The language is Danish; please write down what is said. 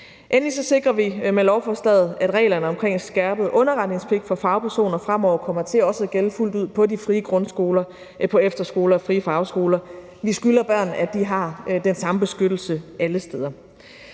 Endelig sikrer vi med lovforslaget, at reglerne omkring skærpet underretningspligt for fagpersoner fremover kommer til også at gælde fuldt ud på de frie grundskoler, på efterskoler og på frie fagskoler. Vi skylder børn, at de har den samme beskyttelse alle steder.